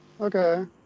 Okay